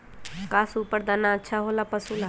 का सुपर दाना अच्छा हो ला पशु ला?